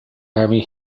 army